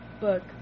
book